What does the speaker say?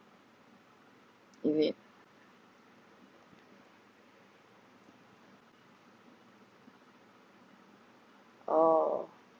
is it oh